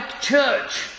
church